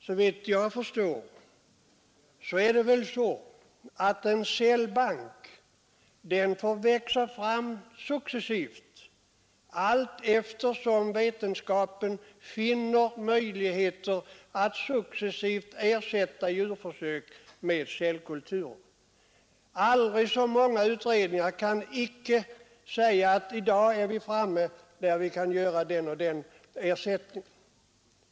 Såvitt jag förstår får väl en cellbank växa fram successivt, allteftersom vetenskapen finner möjligheter att ersätta försöksdjur med cellkulturer. Aldrig så många utredningar kan icke säga att i dag är vi framme, i dag kan vi sätta in den och den ersättningen.